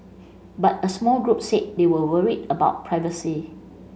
but a small group said they were worried about privacy